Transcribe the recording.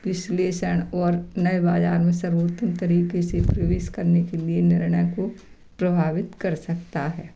विश्लेषण और नए बाज़ार में सर्वोत्तम तरीक़े से प्रवेश करने के लिए निर्णय को प्रभावित कर सकता है